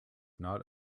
not